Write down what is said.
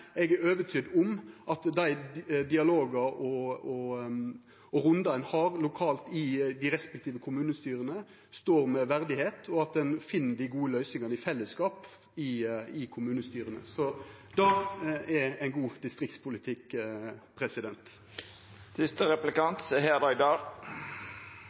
eg er overtydd om at dei dialogane og rundane ein har lokalt i dei respektive kommunestyra, står med verdigheit, og at ein finn dei gode løysingane i fellesskap i kommunestyra. Det er ein god distriktspolitikk.